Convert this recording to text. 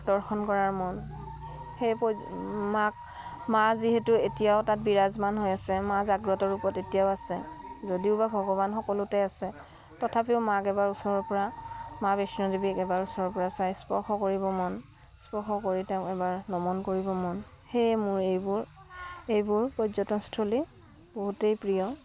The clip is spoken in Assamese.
দৰ্শন কৰাৰ মন সেই মাক মা যিহেতু এতিয়াও তাত বিৰাজমান হৈ আছে মা জাগ্ৰত ৰূপত এতিয়াও আছে যদিও বা ভগৱান সকলোতে আছে তথাপিও মাক এবাৰ ওচৰৰ পৰা মা বৈষ্ণদেৱীক এবাৰ ওচৰৰ পৰা চাই স্পৰ্শ কৰিব মন স্পৰ্শ কৰি তেওঁক এবাৰ নমন কৰিবৰ মন সেয়ে মোৰ এইবোৰ এইবোৰ পৰ্যটনস্থলী বহুতেই প্ৰিয়